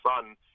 son